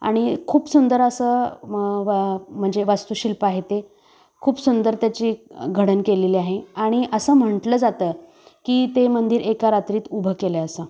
आणि खूप सुंदर असं मग वा म्हणजे वास्तुशिल्प आहे ते खूप सुंदर त्याची घडण केलेली आहे आणि असं म्हटलं जातं की ते मंदिर एका रात्रीत उभं केलं असं